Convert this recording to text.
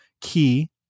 key